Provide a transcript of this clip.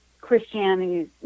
Christianity